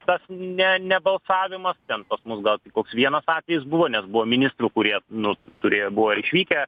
tas ne nebalsavimas ten pas mus gal koks vienas atvejis buvo nes buvo ministrų kurie nu turėjo buvo išvykę